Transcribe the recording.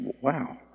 wow